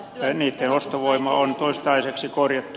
niitten ostovoima on toistaiseksi korjattu